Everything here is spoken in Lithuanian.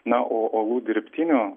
na o uolų dirbtinių